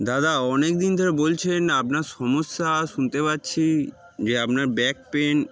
দাদা অনেক দিন ধরে বলছেন আপনার সমস্যা শুনতে পাচ্ছি যে আপনার ব্যাক পেন